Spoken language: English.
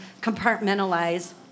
compartmentalize